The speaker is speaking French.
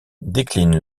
décline